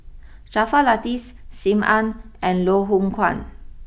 Jaafar Latiff Sim Ann and Loh Hoong Kwan